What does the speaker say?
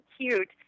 cute